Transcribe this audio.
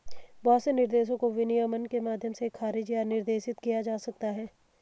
बहुत से निर्देशों को विनियमन के माध्यम से खारिज या निर्देशित किया जा सकता है